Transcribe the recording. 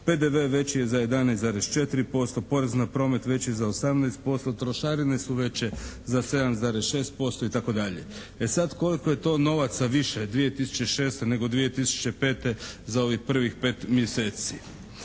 PDV veći je za 11,4%, porez na promet veći je za 18%, trošarine su veće za 7,6% itd. E sad koliko je to novaca više 2006. nego 2005. za ovih prvih pet mjeseci?